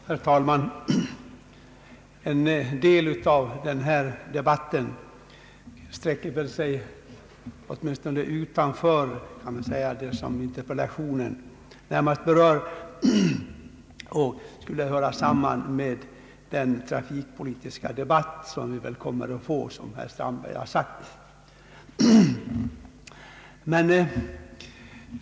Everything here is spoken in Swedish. Herr talman! En del av denna debatt sträcker sig utanför det som interpellationen närmast berör och bör tas upp i den kommande trafikpolitiska debatt som herr Strandberg nämnde.